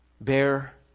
Bear